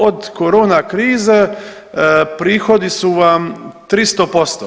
Od korona krize prihodi su vam 300%